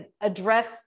address